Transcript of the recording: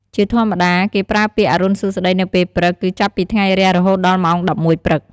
ជាធម្មតា គេប្រើពាក្យ "អរុណសួស្តី" នៅពេលព្រឹក គឺចាប់ពីថ្ងៃរះរហូតដល់ម៉ោង១១ព្រឹក។